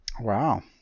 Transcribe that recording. Wow